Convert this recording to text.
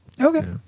Okay